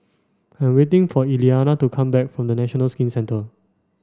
I'm waiting for Eliana to come back from National Skin Centre